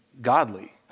godly